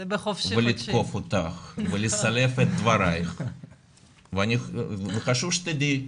ולתקוף אותך ולסלף את דברייך וחשוב שתדעי,